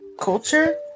culture